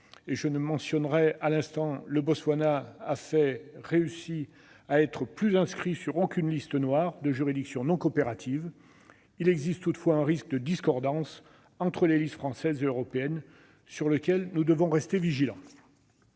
et que je mentionnais à l'instant, le Botswana n'est plus inscrit sur aucune liste « noire » de juridictions non coopératives. Il existe toutefois un risque de discordance entre les listes française et européenne ; nous devons rester vigilants